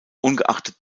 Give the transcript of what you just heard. ungeachtet